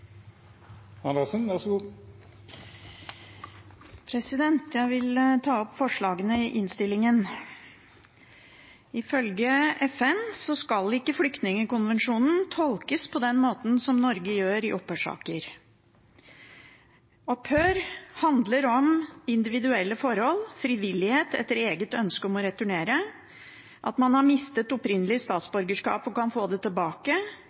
Jeg vil ta opp forslagene vi har fremmet i innstillingen. Ifølge FN skal ikke flyktningkonvensjonen tolkes på den måten Norge gjør det i opphørssaker. Opphør handler om individuelle forhold, frivillighet, altså eget ønske om å returnere, at man har mistet opprinnelig statsborgerskap og kan få det tilbake